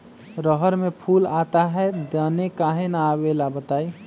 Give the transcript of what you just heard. रहर मे फूल आता हैं दने काहे न आबेले बताई?